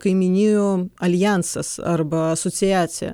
kaimynijų aljansas arba asociacija